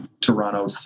Toronto